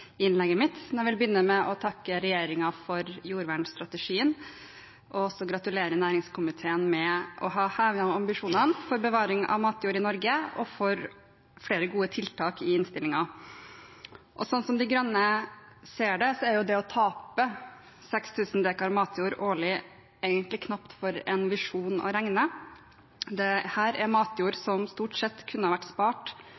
innlegget mitt. Men jeg vil begynne med å takke regjeringen for jordvernstrategien og gratulere næringskomiteen med å ha hevet ambisjonene for bevaring av matjord i Norge og for flere gode tiltak i innstillingen. Slik De Grønne ser det, er det å tape 6 000 dekar matjord årlig knapt for en visjon å regne. Her er matjord som stort sett kunne vært spart